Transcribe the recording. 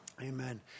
amen